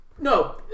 No